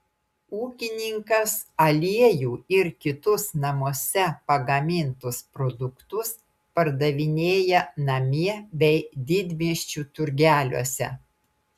ūkininkas aliejų ir kitus namuose pagamintus produktus pardavinėja namie bei didmiesčių turgeliuose